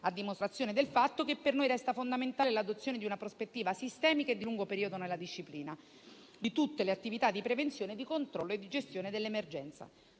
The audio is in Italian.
a dimostrazione del fatto che per noi resta fondamentale l'adozione di una prospettiva sistemica e di lungo periodo nella disciplina di tutte le attività di prevenzione, di controllo e di gestione dell'emergenza.